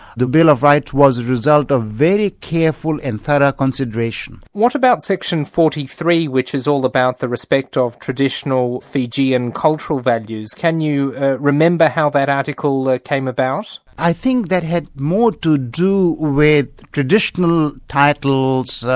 the bill of rights was a result of very careful and thorough consideration. what about section forty three, which is all about the respect of traditional fijian cultural values can you remember how that article ah came about? i think that had more to do with traditional titles,